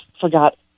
forgot